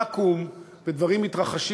נוכחים כשהוא ידבר.